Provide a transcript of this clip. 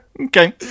Okay